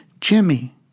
Jimmy